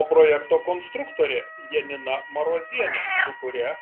o projekto konstruktorė janina marozienė su kuria